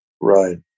Right